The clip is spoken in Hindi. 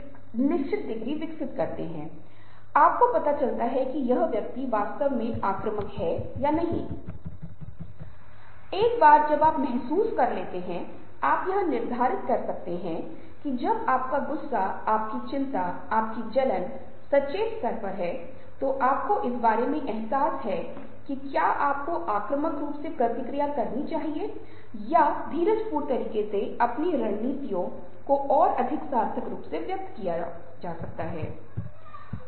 तो वे आपको जगह नहीं समझाएंगे बल्कि वहां वे पूछना पसंद करेंगे कि आपका नाम क्या है आप कहां से आए हैं आप क्यों आए हैं और अनावश्यक रूप से वे बात करेंगे जो शायद आपको पसंद न आए